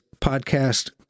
podcast